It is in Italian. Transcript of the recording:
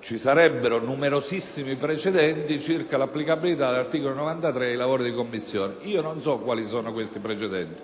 ci sarebbero numerosissimi precedenti circa l'applicabilità dell'articolo 93 ai lavori di Commissione. Io non so quali siano questi precedenti,